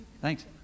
Thanks